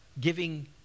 Giving